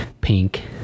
pink